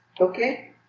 okay